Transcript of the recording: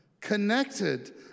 Connected